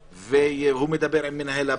והוא מדבר עם מנהל הבנק,